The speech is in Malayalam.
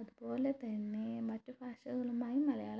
അതുപോലെ തന്നെ മറ്റ് ഭാഷകളുമായും മലയാള ഭാഷ